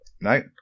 No